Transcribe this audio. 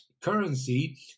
currency